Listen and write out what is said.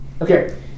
Okay